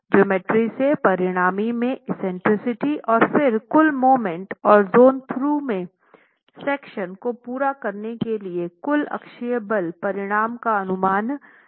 geometry से परिणामी में एक्सेंट्रिसिटी और फिर कुल मोमेंट और जोन 3 में सेक्शन को पूरा करने के लिए कुल अक्षीय बल परिणाम का अनुमान लगाया गया है